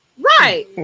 Right